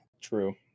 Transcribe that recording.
True